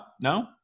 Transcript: No